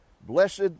Blessed